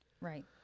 right